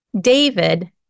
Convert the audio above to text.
David